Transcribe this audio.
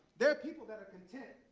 there are people that are content,